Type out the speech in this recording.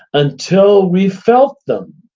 until we've felt them.